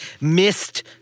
missed